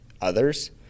others